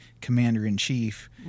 commander-in-chief